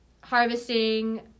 harvesting